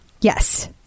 Yes